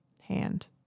hand